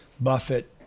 Buffett